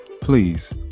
please